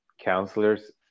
counselors